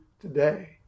today